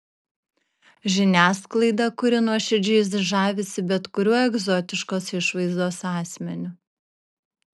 žiniasklaidą kuri nuoširdžiai žavisi bet kuriuo egzotiškos išvaizdos asmeniu